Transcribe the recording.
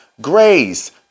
grace